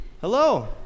Hello